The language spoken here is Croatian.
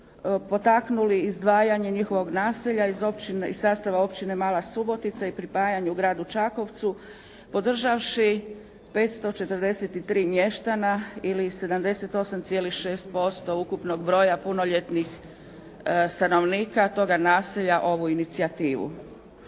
potaknuli izdvajanje njihovog naselja iz sastava Općine Mala Subotica i pripajanje gradu Čakovcu podržavši 543 mještana ili 78,6% ukupnog broja punoljetnih stanovnika toga naselja ovu inicijativu.